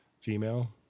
female